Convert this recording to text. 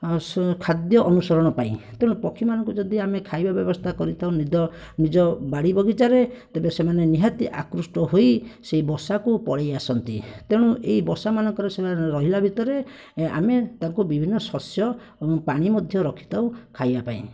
ଖାଦ୍ୟ ଅନୁସରଣ ପାଇଁ ତେଣୁ ପକ୍ଷୀମାନଙ୍କୁ ଯଦି ଆମେ ଖାଇବା ବ୍ୟବସ୍ଥା କରିଥାଉ ନିଜ ନିଜ ବାଡ଼ି ବଗିଚାରେ ତେବେ ସେମାନେ ନିହାତି ଆକୃଷ୍ଟ ହୋଇ ସେହି ବସାକୁ ପଳେଇଆସନ୍ତି ତେଣୁ ଏହି ବସାମାନଙ୍କରେ ସେମାନେ ରହିଲା ଭିତରେ ଆମେ ତାଙ୍କୁ ବିଭିନ୍ନ ଶସ୍ୟ ପାଣି ମଧ୍ୟ ରଖିଥାଉ ଖାଇବାପାଇଁ